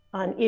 on